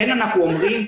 לכן אנחנו אומרים: